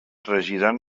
regiran